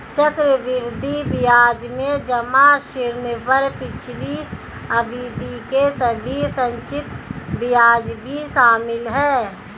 चक्रवृद्धि ब्याज में जमा ऋण पर पिछली अवधि के सभी संचित ब्याज भी शामिल हैं